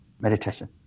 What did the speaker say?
meditation